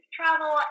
travel